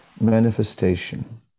manifestation